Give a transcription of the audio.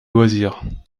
loisirs